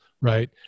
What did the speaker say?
right